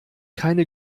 keine